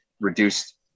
reduced